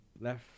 left